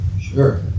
Sure